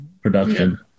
production